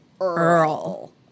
Earl